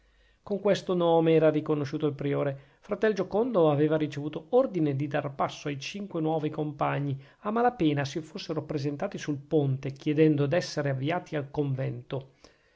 con questo nome era riconosciuto il priore fratel giocondo aveva ricevuto ordine di dar passo ai cinque nuovi compagni a mala pena si fossero presentati sul ponte chiedendo d'essere avviati al convento